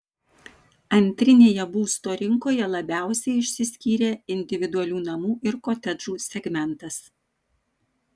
antrinėje būsto rinkoje labiausiai išsiskyrė individualių namų ir kotedžų segmentas